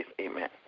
Amen